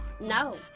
No